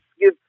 give